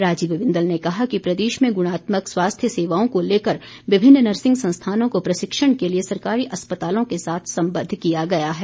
राजीव बिंदल ने कहा कि प्रदेश में गुणात्मक स्वास्थ्य सेवाओं को लेकर विभिन्न नर्सिंग संस्थानों को प्रशिक्षण के लिए सरकारी अस्पतालों के साथ संबद्ध किया गया है